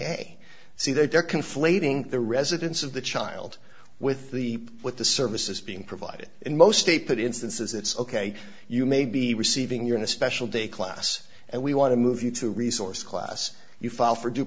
i see that they're conflating the residence of the child with the with the services being provided in most states that instances it's ok you may be receiving you're in a special day class and we want to move you to resource class you file for d